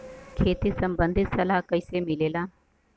खेती संबंधित सलाह कैसे मिलेला?